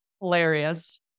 Hilarious